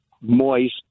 moist